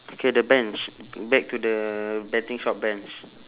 okay the bench back to the betting shop bench